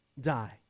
die